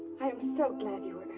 i am so glad you and